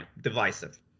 divisive